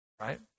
Right